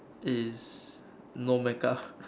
is no make up